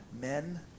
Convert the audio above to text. Men